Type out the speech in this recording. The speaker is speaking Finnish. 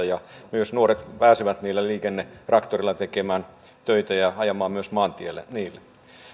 ja myös nuoret pääsevät niillä liikennetraktoreilla tekemään töitä ja ajamaan myös maantiellä niillä